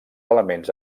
elements